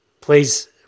Please